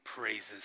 praises